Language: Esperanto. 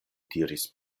diris